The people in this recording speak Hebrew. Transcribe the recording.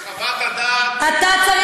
שאתה, חבר כנסת, דובר